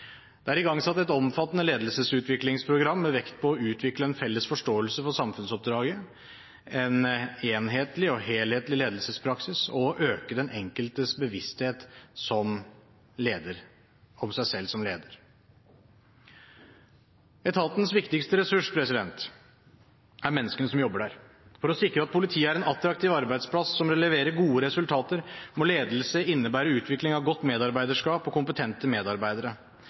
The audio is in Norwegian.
Det er igangsatt et omfattende ledelsesutviklingsprogram med vekt på å utvikle en felles forståelse for samfunnsoppdraget, for en enhetlig og helhetlig ledelsespraksis og for å øke den enkeltes bevissthet for seg selv som leder. Etatens viktigste ressurs er menneskene som jobber der. For å sikre at politiet er en attraktiv arbeidsplass som leverer gode resultater, må ledelse innebære utvikling av godt medarbeiderskap og kompetente medarbeidere.